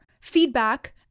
feedback